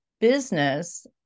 business